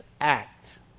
act